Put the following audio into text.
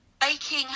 baking